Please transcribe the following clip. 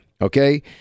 okay